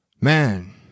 Man